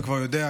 אתה כבר יודע,